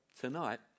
tonight